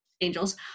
angels